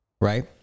right